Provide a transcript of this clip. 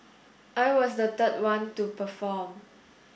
I was the third one to perform